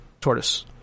Tortoise